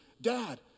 Dad